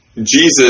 Jesus